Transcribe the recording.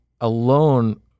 alone